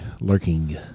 lurking